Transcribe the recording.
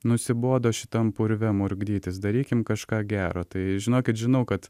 nusibodo šitam purve murkdytis darykim kažką gero tai žinokit žinau kad